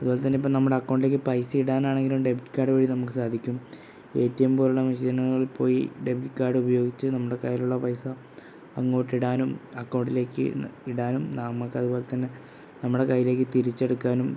അതുപോലെ തന്നെ ഇപ്പം നമ്മുടെ അക്കൗണ്ടിലേക്ക് പൈസ ഇടാനാണെങ്കിലും ഡെബിറ്റ് കാര്ഡ് വഴി നമുക്ക് സാധിക്കും എ ടി എം പോലെയുള്ള മെഷീനുകള് പോയി ഡെബിറ്റ് കാർഡ് ഉപയോഗിച്ചു നമ്മുടെ കൈയിലുള്ള പൈസ അങ്ങോട്ട് ഇടാനും അക്കൗണ്ടിലേക്ക് ഇടാനും നമുക്ക അതുപോലെ തന്നെ നമ്മുടെ കൈയിലേക്ക് തിരിച്ചെടുക്കാനും